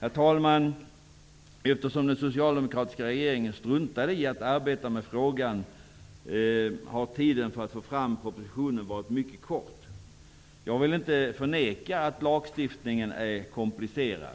Herr talman! Eftersom den socialdemokratiska regeringen struntade i att arbeta med frågan har tiden för att få fram propositionen varit mycket kort. Jag vill inte förneka att lagstiftningen är komplicerad.